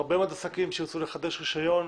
הרבה מאוד עסקים שירצון לחדש רישיון,,